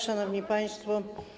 Szanowni Państwo!